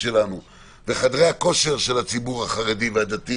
חדרי הכושר של הציבור החרדי והדתי